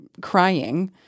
crying